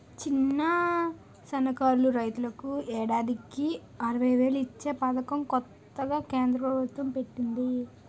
చిన్న, సన్నకారు రైతులకు ఏడాదికి ఆరువేలు ఇచ్చే పదకం కొత్తగా కేంద్ర ప్రబుత్వం పెట్టింది